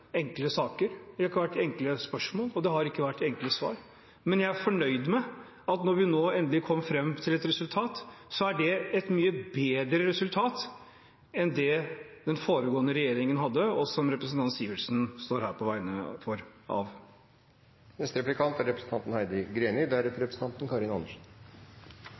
enkle saker, det har ikke vært enkle spørsmål, og det har ikke vært enkle svar. Men jeg er fornøyd med at når vi nå endelig kom fram til et resultat, er det et mye bedre resultat enn det den forrige regjeringen hadde, som representanten Sivertsen står her på vegne av. I den nylig inngåtte avtalen mellom samarbeidspartiene og regjeringen er